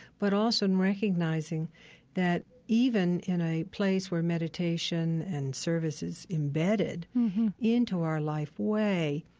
but also in recognizing that even in a place where meditation and service is embedded into our life way,